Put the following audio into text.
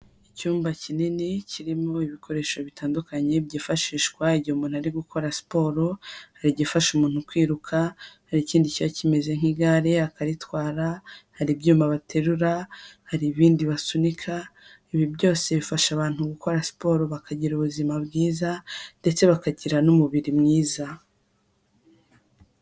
Icyumba kinini kirimo ibikoresho bitandukanye byifashishwa igihe umuntu ari gukora siporo, hari igifasha umuntu kwiruka, hari ikindi kiba kimeze nk'igare akaritwara, hari ibyuma baterura, hari ibindi basunika, ibi byose bifasha abantu gukora siporo bakagira ubuzima bwiza, ndetse bakagira n'umubiri mwiza.